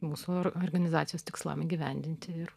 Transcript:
mūsų organizacijos tikslam įgyvendinti ir